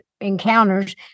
encounters